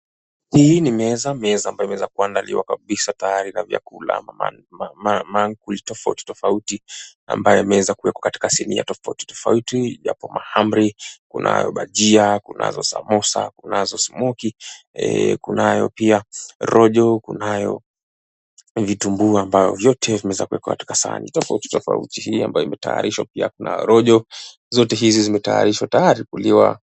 Hii ni meza, meza ambayo imeweza kuandaliwa kabisa tayari na vyakula mankuli tofauti tofauti ambayo imeweza kuwekwa katika sinia tofauti tofauti yapo mahamri, kunayo bajia, kunazo samosa, kunazo smokie , kunayo pia rojo, kunayo vitungu ambayo vyote vimeweza kuwekwa katika sahani tofauti tofauti zote zimetayarishwa tayari kuliwa.